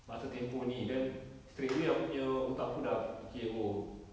masa tempoh ni then straightaway aku punya otak aku dah fikir oh